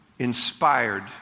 Inspired